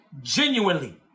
genuinely